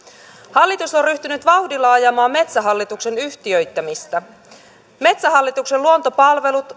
hallitus on ryhtynyt vauhdilla ajamaan metsähallituksen yhtiöittämistä metsähallituksen luontopalvelut